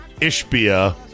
Ishbia